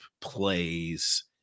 plays